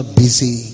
busy